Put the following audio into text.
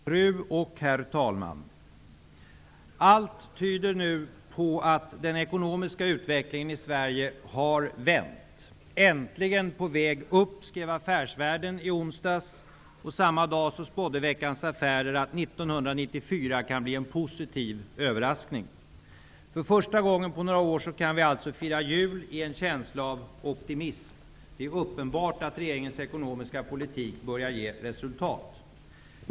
Fru talman och herr talman! Allt tyder nu på att den ekonomiska utvecklingen i Sverige har vänt. ''Äntligen på väg upp'' skrev Affärsvärlden i onsdags. Samma dag spådde Veckans Affärer att 1994 kan bli en positiv överraskning. För första gången på några år kan vi alltså fira jul i en känsla av optimism. Det är uppenbart att regeringens ekonomiska politik börjar ge resultat.